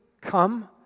come